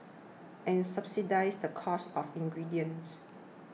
and subsidise the cost of ingredients